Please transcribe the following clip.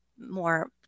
more